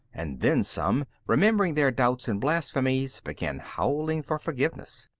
and then some, remembering their doubts and blasphemies, began howling for forgiveness.